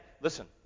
listen